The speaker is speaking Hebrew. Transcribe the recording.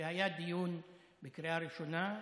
והיה לאחרונה דיון בקריאה ראשונה,